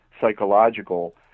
psychological